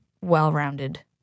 well-rounded